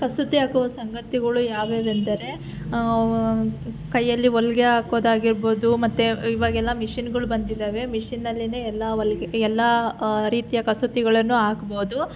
ಕಸೂತಿ ಹಾಕುವ ಸಂಗತಿಗಳು ಯಾವ್ಯಾವುವೆಂದರೆ ವ ಕೈಯ್ಯಲ್ಲಿ ಹೊಲಿಗೆ ಹಾಕೋದಾಗಿರ್ಬೋದು ಮತ್ತೆ ಇವಾಗೆಲ್ಲ ಮಿಷಿನ್ಗಳು ಬಂದಿದ್ದಾವೆ ಮಿಷಿನಲ್ಲಿನೇ ಎಲ್ಲ ಹೊಲಿಗೆ ಎಲ್ಲ ರೀತಿಯ ಕಸೂತಿಗಳನ್ನು ಹಾಕ್ಬೋದು